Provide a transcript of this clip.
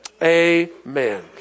Amen